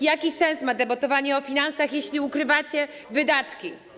Jaki sens ma debatowanie o finansach, jeśli ukrywacie wydatki?